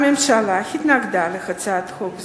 הממשלה התנגדה להצעת חוק זו,